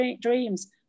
dreams